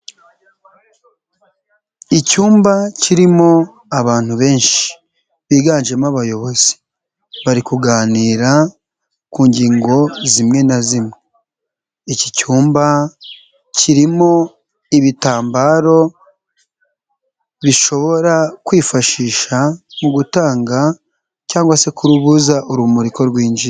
Icyumba kirimo abantu benshi biganjemo abayobozi bari kuganira ku ngingo zimwe na zimwe, iki cyumba kirimo ibitambaro bishobora kwifashisha mu gutanga cyangwa se kurubuza urumuri ko rwinjira.